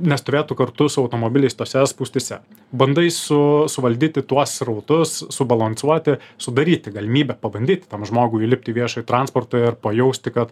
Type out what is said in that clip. nestovėtų kartu su automobiliais tose spūstyse bandai su suvaldyti tuos srautus subalansuoti sudaryti galimybę pabandyti tam žmogui įlipti į viešąjį transportą ir pajausti kad